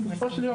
כי בסופו של יום,